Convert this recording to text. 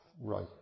right